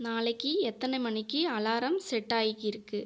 நாளைக்கு எத்தனை மணிக்கு அலாரம் செட் ஆகிருக்கு